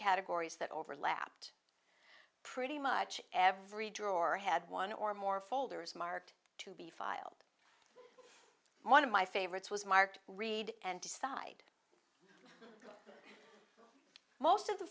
categories that overlapped pretty much every drawer had one or more folders marked to be filed and one of my favorites was marked read and decide most of the